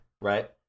Right